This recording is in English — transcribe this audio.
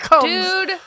dude